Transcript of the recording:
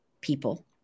people